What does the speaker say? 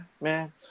man